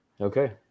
Okay